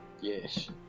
Yes